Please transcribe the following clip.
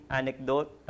anecdote